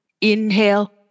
Inhale